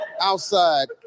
Outside